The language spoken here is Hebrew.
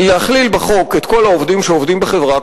להכליל בחוק את כל העובדים שעובדים בחברה,